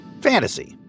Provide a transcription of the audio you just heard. Fantasy